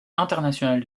internationale